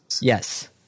Yes